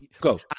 Go